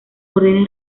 órdenes